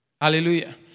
Hallelujah